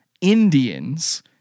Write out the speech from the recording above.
Indians